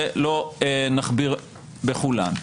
ולא נכביר בכולן.